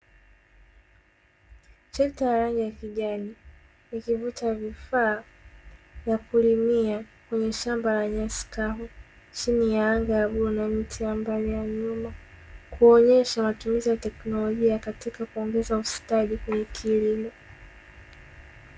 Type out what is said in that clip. Trekta la rangi ya kijani likivuta vifaa vya kulimia kwenye shamba la nyasi kavu, chini ya anga la bluu na mti ya mbali ya nyuma kuonyesha matumizi ya teknolojia katika kuongeza ustadi kwenye kilimo.